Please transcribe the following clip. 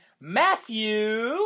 Matthew